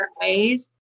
ways